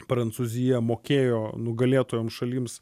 prancūzija mokėjo nugalėtojams šalims